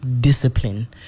discipline